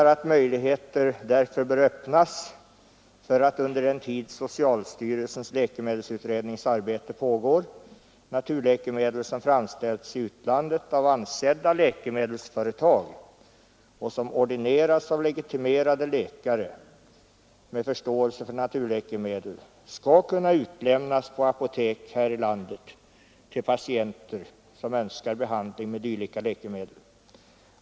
Jag menar att under den tid som socialstyrelsens läkemedelsutredning arbetar bör möjligheter öppnas för att naturläkemedel som framställs i utlandet av ansedda läkemedelsföretag och som ordineras av legitimerade läkare med förståelse för naturläkemedel skall kunna utlämnas på apotek här i landet till patienter som önskar behandling med sådana läkemedel.